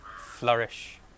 flourish